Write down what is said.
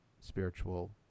spiritual